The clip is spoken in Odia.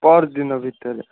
ପରଦିନ ଭିତରେ